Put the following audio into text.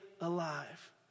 alive